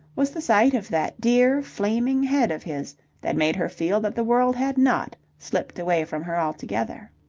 was the sight of that dear, flaming head of his that made her feel that the world had not slipped away from her altogether.